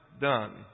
done